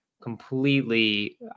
completely